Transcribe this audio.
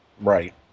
Right